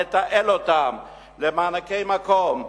לתעל אותם למענקי מקום,